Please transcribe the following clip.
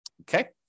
Okay